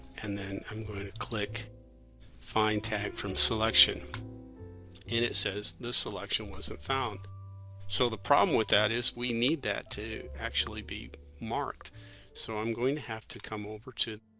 and then i'm going to click find time from selection and it says this selection was not found so the problem with that is we need that to actually be marked so i'm going to have to come over to